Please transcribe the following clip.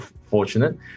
fortunate